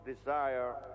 desire